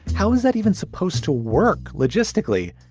how is that even supposed to work logistically?